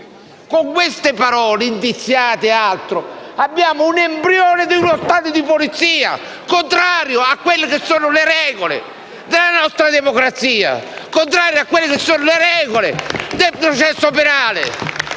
Con parole come «indiziati» abbiamo un embrione di uno stato di polizia contrario a quelle che sono le regole della nostra democrazia, contrario a quelle che sono le regole del processo penale.